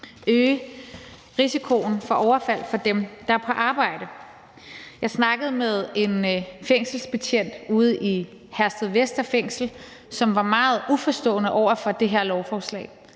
øge risikoen for overfald mod dem, der er på arbejde. Jeg snakkede med en fængselsbetjent ude i Herstedvester Fængsel, som var meget uforstående over for det her lovforslag.